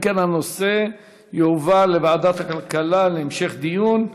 אם כן, הנושא יועבר לוועדת הכלכלה, להמשך דיון.